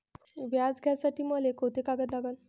व्याज घ्यासाठी मले कोंते कागद लागन?